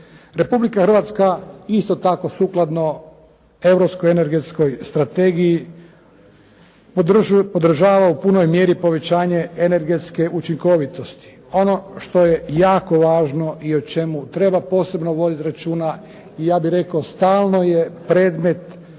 Republika Hrvatska isto tako sukladno Europskoj energetskoj strategiji podržava u punoj mjeri povećanje energetske učinkovitosti. Ono što je jako važno i o čemu treba posebno voditi računa i ja bih rekao stalno je predmet